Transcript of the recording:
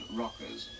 rockers